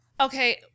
Okay